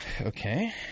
Okay